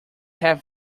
have